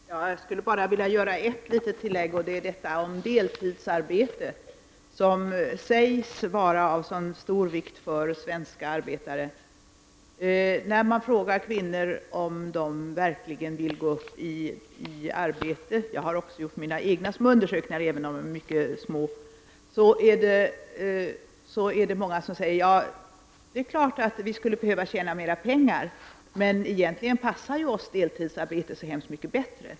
Fru talman! Jag skulle vilja göra ett tillägg om deltidsarbete, som sägs vara av så stor vikt för svenska arbetare. När man frågar kvinnor om de verkligen vill öka sin arbetstid — jag har gjort mina egna undersökningar, även om de är mycket små — är det många som svarar: Det är klart att vi skulle behöva tjäna mer pengar, men egentligen passar deltidsarbete oss mycket bättre.